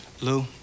Lou